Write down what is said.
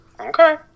Okay